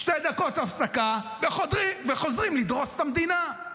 שתי דקות הפסקה, וחוזרים לדרוס את המדינה.